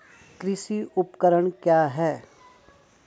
कृषि उपकरण क्या है?